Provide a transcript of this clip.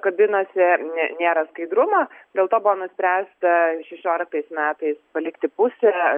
kabinose nėra skaidrumo dėl to buvo nuspręsta šešioliktais metais palikti pusę